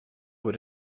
über